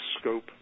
scope